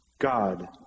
God